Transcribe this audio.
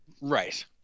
Right